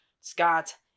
Scott